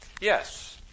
Yes